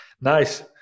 Nice